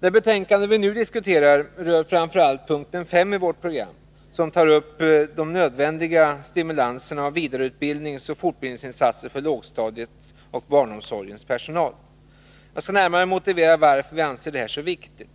Det betänkande vi nu diskuterar rör framför allt p. 5 i vårt program, som tar upp de nödvändiga stimulanserna av vidareutbildningsoch fortbildningsinsatserna för lågstadiets och barnomsorgens personal. Jag skall närmare motivera varför vi anser detta så viktigt.